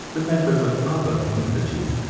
the members of other communities,